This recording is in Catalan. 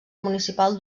municipal